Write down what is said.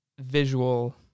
visual